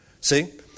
See